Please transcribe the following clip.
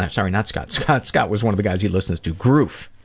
sorry, not scott, scott scott was one of the guys he listens to. groove.